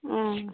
অঁ